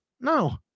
No